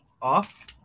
off